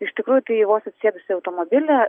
iš tikrųjų tai vos atsisėdus į automobilį